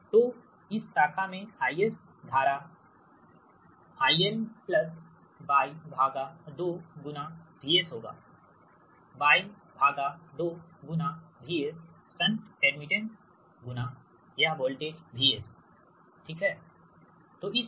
तो इस शाखा में IS धारा IL Y 2 VS होगा Y 2 VS शंट एडमिटेंस गुना यह वोल्टेज VS ठीक है